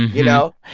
you know?